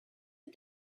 for